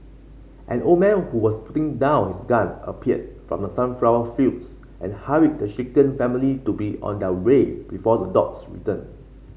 an old man who was putting down his gun appeared from the sunflower fields and hurried the shaken family to be on their way before the dogs return